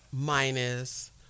minus